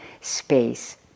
space